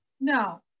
No